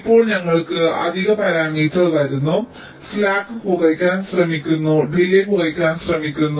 ഇപ്പോൾ ഞങ്ങൾക്ക് അധിക പാരാമീറ്റർ വരുന്നു ഞങ്ങൾ സ്ലാക്ക് കുറയ്ക്കാൻ ശ്രമിക്കുന്നു ഡിലേയ് കുറയ്ക്കാൻ ശ്രമിക്കുന്നു